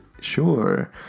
sure